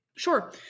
Sure